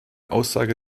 aussage